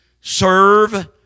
serve